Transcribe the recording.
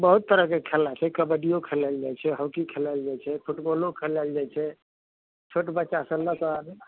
बहुत तरहके खेला छै कबड्डियो खेलाएल जाइत छै हॉकी खेलाएल जाइत छै फुटबॉलो खेलाएल जाइत छै छोट बच्चासँ लऽ कऽ आदमी